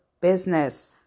business